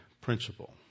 principle